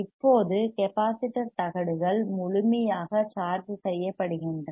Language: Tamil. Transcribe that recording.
இப்போது கெப்பாசிட்டர் தகடுகள் முழுமையாக சார்ஜ் செய்யப்படுகின்றன